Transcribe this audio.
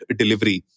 delivery